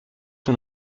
ton